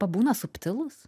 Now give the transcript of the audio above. pabūna subtilūs